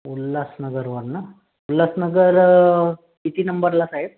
उल्हासनगरवरनं उल्हासनगर किती नंबरला साहेब